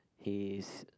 his